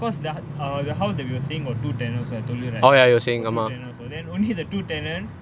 because that uh the house that we were seeing got two tenants right ya you got tell you right got two tenants so then only the two tenant